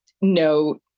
no